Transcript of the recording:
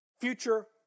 future